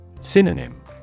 Synonym